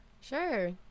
Sure